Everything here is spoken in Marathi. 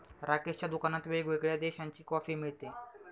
राकेशच्या दुकानात वेगवेगळ्या देशांची कॉफी मिळते